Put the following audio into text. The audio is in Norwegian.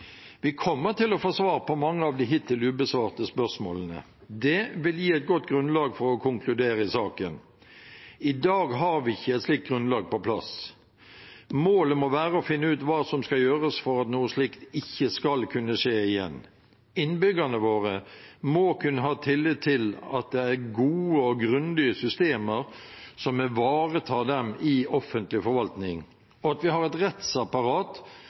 Vi kommer til å få svar på mange av de hittil ubesvarte spørsmålene. Det vil gi et godt grunnlag for å konkludere i saken. I dag har vi ikke et slikt grunnlag på plass. Målet må være å finne ut hva som skal gjøres for at noe slikt ikke skal kunne skje igjen. Innbyggerne våre må kunne ha tillit til at det er gode og grundige systemer som ivaretar dem i offentlig forvaltning, og at vi har et rettsapparat